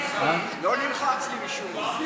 לא נלחץ לי, משום מה.